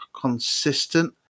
consistent